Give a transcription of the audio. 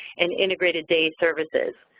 and integrated day services.